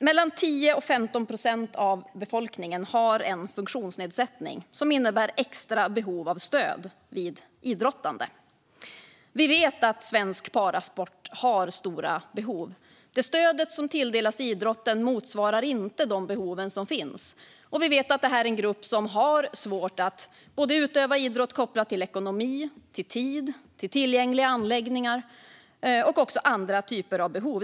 Mellan 10 och 15 procent av befolkningen har en funktionsnedsättning som innebär extra behov av stöd vid idrottande. Vi vet att svensk parasport har stora behov. Det stöd som tilldelas idrotten motsvarar inte de behov som finns. Vi vet att det här är en grupp som har svårt att utöva idrott kopplat till både ekonomi, tid, tillgängliga anläggningar och andra typer av behov.